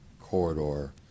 corridor